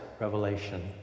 revelation